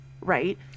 Right